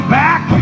back